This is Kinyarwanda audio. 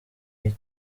iyi